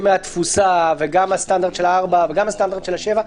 מהתפוסה וגם הסטנדרט של 4 וגם הסטנדרט של 7,